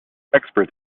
experts